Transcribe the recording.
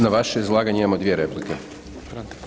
Na vaše izlaganje imamo dvije replike.